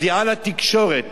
והודעה לתקשורת